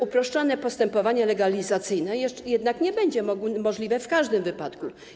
Uproszczone postępowanie legalizacyjne jednak nie będzie możliwe w każdym wypadku.